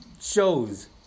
shows